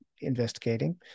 investigating